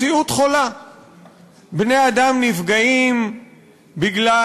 בני-אדם נפגעים בגלל